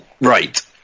Right